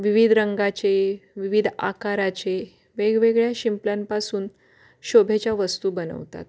विविध रंगाचे विविध आकाराचे वेगवेगळ्या शिंपल्यांपासून शोभेच्या वस्तू बनवतात